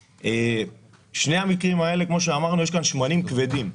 בשני המקרים האלה יש שמנים כבדים,